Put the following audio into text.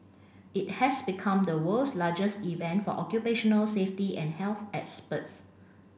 it has become the world's largest event for occupational safety and health experts